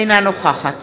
אינה נוכחת